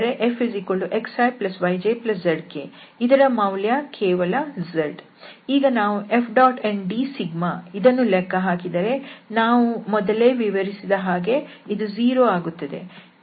ಈಗ ನಾವು F⋅ndσ ಇದನ್ನು ಲೆಕ್ಕ ಹಾಕಿದರೆ ನಾವು ಮೊದಲೇ ವಿವರಿಸಿದ ಹಾಗೆ ಇದು 0 ಆಗುತ್ತದೆ